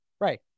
Right